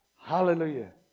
Hallelujah